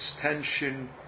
tension